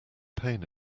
pain